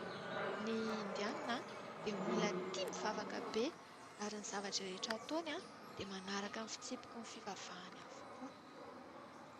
Ny Indiana dia olona tia mivavaka be ary ny zava-drehetra ataony dia manaraka ny fitsipiky ny fivavahany avokoa.